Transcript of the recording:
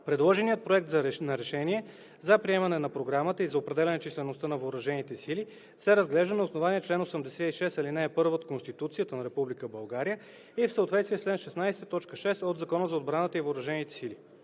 Предложеният проект на решение за приемане на Програмата и за определяне числеността на въоръжените сили се разглежда на основание чл. 86 ал. 1 от Конституцията на Република България и в съответствие с чл. 16, т. 6 от Закона за отбраната и въоръжените сили